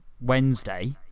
Wednesday